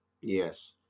Yes